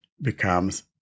becomes